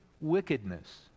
wickedness